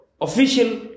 official